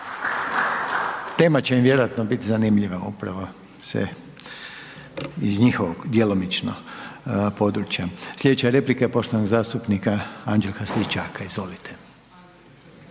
Tema će im vjerojatno bit zanimljiva, upravo se iz njihovog djelomično područja. Slijedeća replika poštovanog zastupnika Anđelka Stričaka, izvolite.